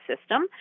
system